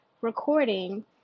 recording